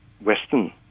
Western